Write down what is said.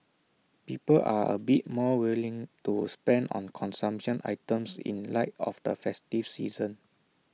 people are A bit more willing to spend on consumption items in light of the festive season